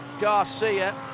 Garcia